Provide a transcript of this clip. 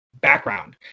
background